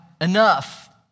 enough